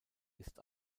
ist